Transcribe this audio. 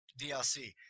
dlc